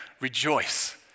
rejoice